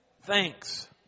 thanks